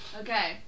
Okay